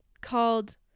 called